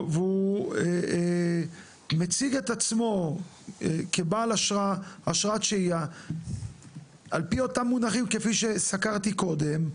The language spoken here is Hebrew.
והוא מציג את עצמו כבעל אשרת שהייה על פי אותם מונחים כפי שסקרתי קודם,